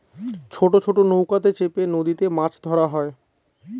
ছোট ছোট নৌকাতে চেপে নদীতে মাছ ধরা হয়